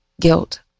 guilt